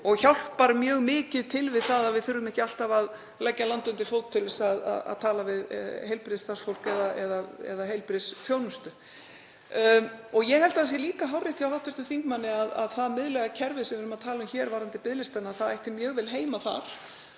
og hjálpar mjög mikið til við það að við þurfum ekki alltaf að leggja land undir fót til að tala við heilbrigðisstarfsfólk eða fá heilbrigðisþjónustu. Ég held að það sé líka hárrétt hjá hv. þingmanni að það miðlæga kerfi sem við erum að tala um hér varðandi biðlistana ætti mjög vel heima þar.